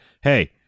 hey